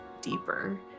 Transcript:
deeper